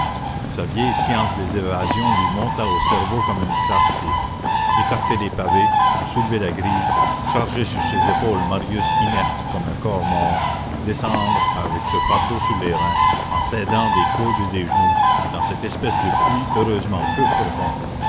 sa vieille science des évasions lui monta au cerveau comme une clarté écarter les pavés soulever la grille charger sur ses épaules marius inerte comme un corps mort descendre avec ce fardeau sur les reins en s'aidant des coudes et des genoux dans cette espèce de puits heureusement peu profond